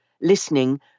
listening